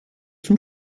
zum